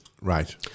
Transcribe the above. Right